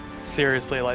seriously. like